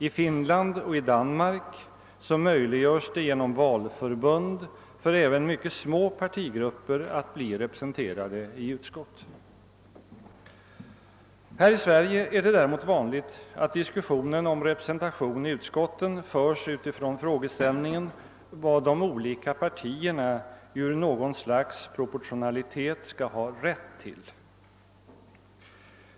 I Finland och i Danmark möjliggörs genom valförbund att även mycket små partigrupper blir representerade i utskott. Här i Sverige är det däremot vanligt att diskussionen om representation i utskotten förs utifrån frågeställningen vad de olika partierna ur något slags proportionalitet skall ha rätt till.